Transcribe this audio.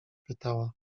pytała